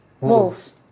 Wolves